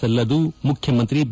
ಸಲ್ಲದು ಮುಖ್ಯಮಂತ್ರಿ ಬಿ